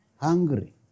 hungry